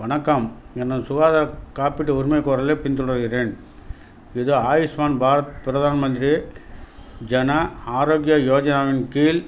வணக்கம் எனது சுகாதார காப்பீட்டு உரிமைகோரலைப் பின்தொடர்கிறேன் இது ஆயுஷ்மான் பாரத் பிரதான் மந்திரி ஜன ஆரோக்ய யோஜனாவின் கீழ்